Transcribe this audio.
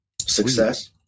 Success